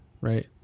right